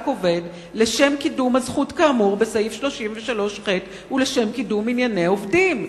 עובד לשם קידום הזכות כאמור בסעיף 33ח ולשם קידום ענייני העובדים.